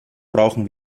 brauchen